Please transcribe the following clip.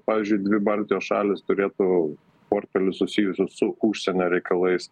pavyzdžiui dvi baltijos šalys turėtų portfelius susijusius su užsienio reikalais